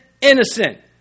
innocent